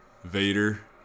Vader